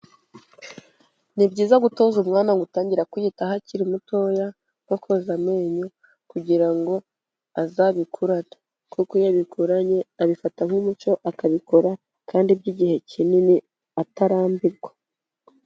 Ni byiza gutoza umwanya gutangira kwiyitaho akiri mutoya, nko koza amenyo kugira ngo azabikurane, kuko iyo abikuranye abifata nk'umucyo akabikora kandi by'igihe kinini atarambirwa.